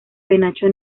penacho